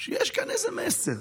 שיש כאן איזה מסר